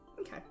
Okay